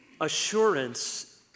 assurance